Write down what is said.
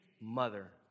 mother